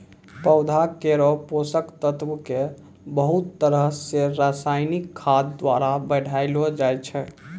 पौधा केरो पोषक तत्व क बहुत तरह सें रासायनिक खाद द्वारा बढ़ैलो जाय छै